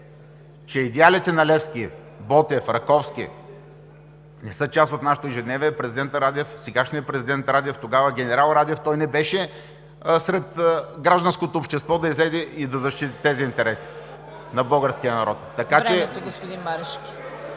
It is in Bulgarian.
че идеалите на Левски, Ботев, Раковски не са част от нашето ежедневие, президентът Радев, сегашният президент Радев, тогава генерал Радев, не беше сред гражданското общество да излезе и защити тези интереси на българския народ.